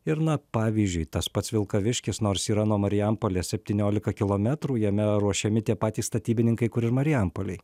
ir na pavyzdžiui tas pats vilkaviškis nors yra nuo marijampolės septyniolika kilometrų jame ruošiami tie patys statybininkai kur ir marijampolėj